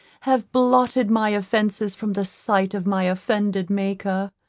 have blotted my offences from the sight of my offended maker.